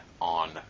on